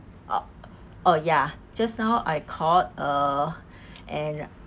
uh uh ya just now I called uh and